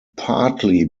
partly